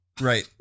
Right